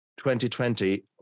2020